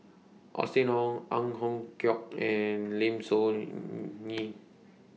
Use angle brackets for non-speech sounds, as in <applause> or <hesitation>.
Austen Ong Ang Hiong Chiok and Lim Soo <hesitation> Ngee